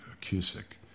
Cusick